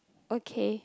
okay